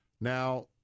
Now